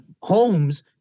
homes